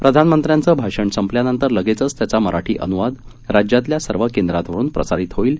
प्रधानमंत्र्याच हे भाषण संपल्यानंतर लगेच त्याचा मराठी अनुवाद राज्यातल्या सर्व केंद्रावरुन प्रसारित होईल